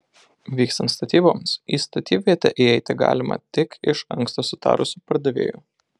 vykstant statyboms į statybvietę įeiti galima tik iš anksto sutarus su pardavėju